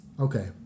Okay